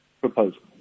proposal